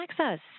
access